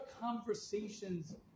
conversations